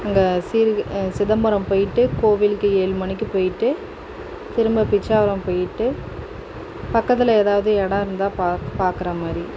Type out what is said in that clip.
இந்த சீர்க் சிதம்பரம் போய்ட்டு கோவிலுக்கு ஏழு மணிக்கு போய்ட்டு திரும்ப பிச்சாவரம் போய்ட்டு பக்கத்தில் எதாவது இடம் இருந்தால் பார்க்கற மாதிரி